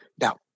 Now